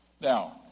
Now